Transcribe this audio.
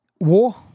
War